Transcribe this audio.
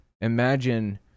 Imagine